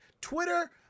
Twitter